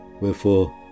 Wherefore